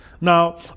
Now